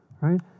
right